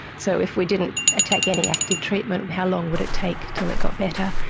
so if we didn't ah take any active treatment and how long would it take until it got better.